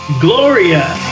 Gloria